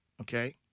Okay